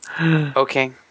okay